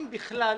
אם בכלל,